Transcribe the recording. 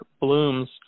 blooms